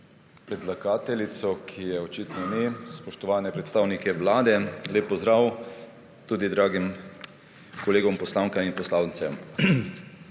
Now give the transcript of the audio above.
predlagateljico, ki je očitno ni. Spoštovane predstavnike Vlade. Lep pozdrav tudi dragim kolegom poslankam in poslancem.